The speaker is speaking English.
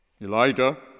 Elijah